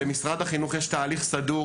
למשרד החינוך יש תהליך סדור